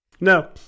no